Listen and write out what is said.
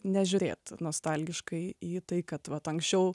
nežiūrėt nostalgiškai į tai kad vat anksčiau